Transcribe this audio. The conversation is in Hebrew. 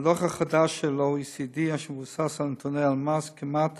הדוח החדש של ה-OECD, שמבוסס על נתוני הלמ"ס, כמעט